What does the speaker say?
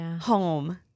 home